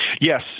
Yes